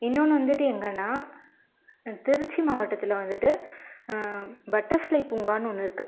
இன்னோனு வந்துட்டு எங்கனா திருச்சி மாவட்டத்தில் வந்துட்டு பட்டர்ஃப்ளை பூங்கானு ஒன்னுருக்கு